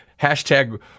hashtag